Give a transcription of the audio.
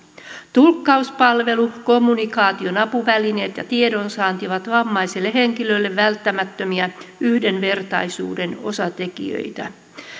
tulkkauspalvelut kommunikaation apuvälineet ja tiedonsaanti ovat vammaiselle henkilölle välttämättömiä yhdenvertaisuuden osatekijöitä